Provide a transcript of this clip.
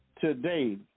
today